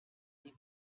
die